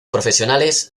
profesionales